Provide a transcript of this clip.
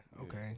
okay